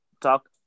talk